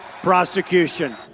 prosecution